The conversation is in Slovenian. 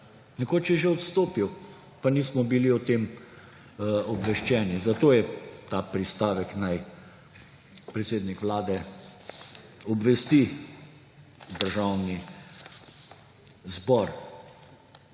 Nekoč je že odstopil, pa nismo bili o tem obveščeni. Zato je ta pristavek, naj predsednik Vlade obvesti Državni zbor.